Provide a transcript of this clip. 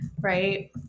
Right